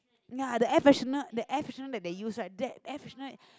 ya the air freshener the air freshener that they use right that air freshener